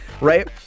Right